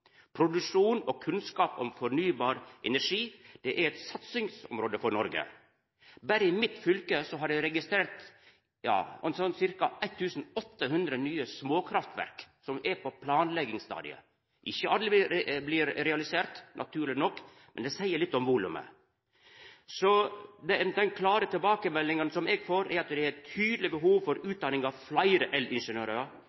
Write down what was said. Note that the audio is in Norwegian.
Produksjon av og kunnskap om fornybar energi er eit satsingsområde for Noreg. Berre i mitt fylke har eg registrert ca. 1 800 nye småkraftverk, som er på planleggingsstadiet. Ikkje alle blir realiserte, naturleg nok, men det seier litt om volumet. Dei klare tilbakemeldingane eg får, er at det er eit tydeleg behov for